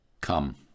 Come